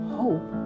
hope